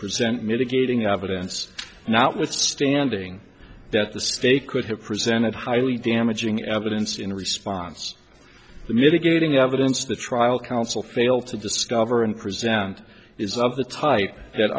present mitigating evidence not withstanding that the state could have presented highly damaging evidence in response to the mitigating evidence the trial counsel failed to discover and present is of the type that